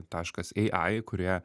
taškas ai kurie